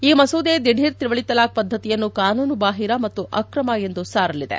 ಈ ಮಸೂದೆ ದಿಢೀರ್ ತ್ರಿವಳಿ ತಲಾಖ್ ಪದ್ದತಿಯನ್ನು ಕಾನೂನು ಬಾಹಿರ ಮತ್ತು ಅಕ್ರಮ ಎಂದು ಸಾರಲಿದೆ